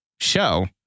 show